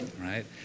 right